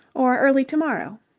or early to-morrow.